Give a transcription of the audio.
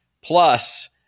Plus